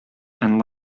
and